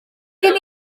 gen